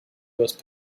those